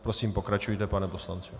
Prosím, pokračujte, pane poslanče.